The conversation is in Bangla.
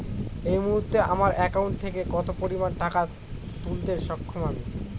এই মুহূর্তে আমার একাউন্ট থেকে কত পরিমান টাকা তুলতে সক্ষম আমি?